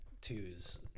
twos